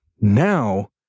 Now